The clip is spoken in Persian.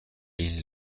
این